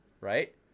right